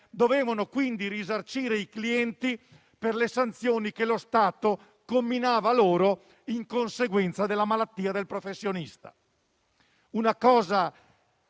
Dovevano quindi risarcire i clienti per le sanzioni che lo Stato comminava loro in conseguenza della malattia del professionista. Una cosa